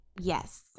Yes